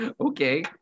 Okay